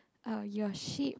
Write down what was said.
oh you're sheep